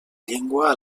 llengua